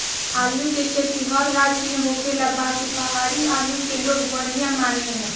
आलू के खेती हर राज में होखेला बाकि पहाड़ी आलू के लोग बढ़िया मानेला